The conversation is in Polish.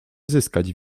zyskać